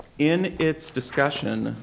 in its discussion,